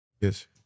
Yes